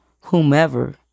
whomever